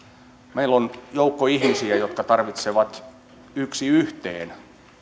meillä on joukko ihmisiä jotka tarvitsevat yksi yhteen